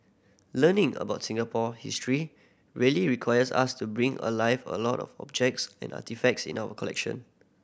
learning about Singapore history really requires us to bring alive a lot of objects and artefacts in our collection